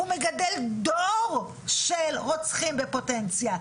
הוא מגדל דור של רוצחים בפוטנציה.